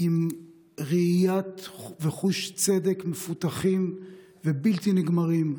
עם ראייה וחוש צדק מפותחים ובלתי נגמרים.